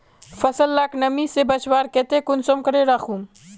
फसल लाक नमी से बचवार केते कुंसम करे राखुम?